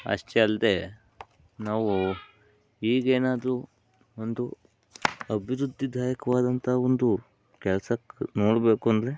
ಅಷ್ಟೆ ಅಲ್ಲದೆ ನಾವೂ ಈಗೇನಾದರೂ ಒಂದು ಅಭಿವೃದ್ಧಿದಾಯಕವಾದಂಥ ಒಂದೂ ಕೆಲಸ ಕ್ ನೋಡಬೇಕು ಅಂದರೆ